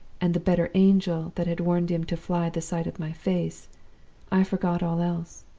and the better angel that had warned him to fly the sight of my face i forgot all else.